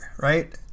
right